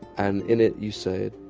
and in it you say,